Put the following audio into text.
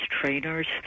trainers